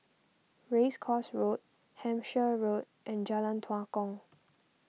Race Course Road Hampshire Road and Jalan Tua Kong